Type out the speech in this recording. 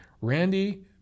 Randy